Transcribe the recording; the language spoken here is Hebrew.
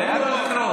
תן לו לקרוא,